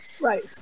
Right